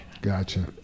Gotcha